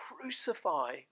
crucify